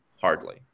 hardly